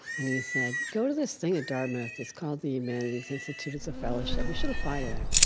and he said, go to this thing at dartmouth. it's called the humanities institute. it's a fellowship. you should apply to that.